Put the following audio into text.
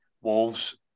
Wolves